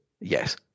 yes